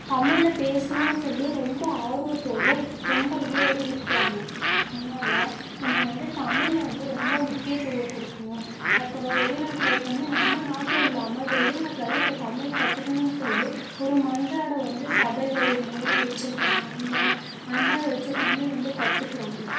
தமிழ்ல பேசணும்னு சொல்லி ரொம்ப ஆர்வத்தோடு ரொம்ப இதோடு இருக்கிறாங்கள் அதனால் நம்ம வந்து தமிழை வந்து ரொம்ப முக்கியத்துவம் கொடுக்கணும் அப்புறம் வெளிநாட்டில இப்போ வந்து நம்ம நாட்டில இல்லாமல் வெளிநாட்டிலல்லாம் இப்போ தமிழ் கற்றுக்கணுன்னு சொல்லி ஒரு மன்றாட வந்து சபைகள் இது மாதிரில்லாம் வச்சிருக்காங்க மன்றம் மன்றம் வச்சி தமிழ் வந்து கத்துக்கிறாங்க